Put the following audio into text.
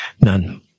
None